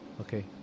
okay